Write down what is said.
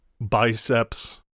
biceps